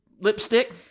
lipstick